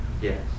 Yes